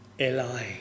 Eli